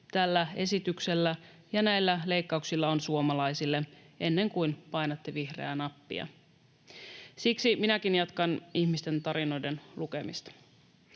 tällä esityksellä ja näillä leikkauksilla on suomalaisille, ennen kuin painatte vihreää nappia. Siksi minäkin jatkan ihmisten tarinoiden lukemista.